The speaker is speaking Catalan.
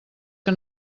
que